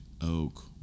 oak